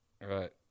right